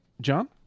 John